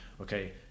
okay